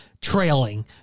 trailing